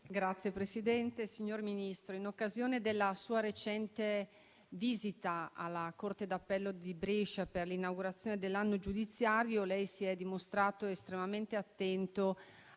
*(Misto-Az-RE)*. Signor Ministro, in occasione della sua recente visita alla corte d'appello di Brescia per l'inaugurazione dell'anno giudiziario, lei si è dimostrato estremamente attento